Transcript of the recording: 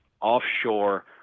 offshore